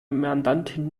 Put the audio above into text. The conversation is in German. mandantin